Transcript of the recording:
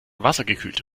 wassergekühlte